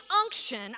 unction